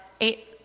eight